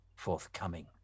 forthcoming